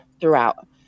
throughout